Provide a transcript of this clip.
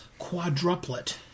quadruplet